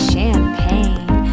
Champagne